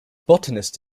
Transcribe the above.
botanist